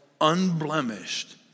unblemished